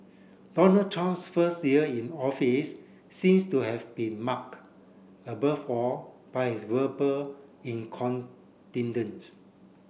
Donald Trump's first year in office seems to have been marked above all by his verbal incontinence